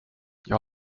jag